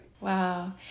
wow